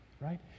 right